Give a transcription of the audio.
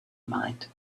mind